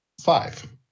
Five